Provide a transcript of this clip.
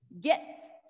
get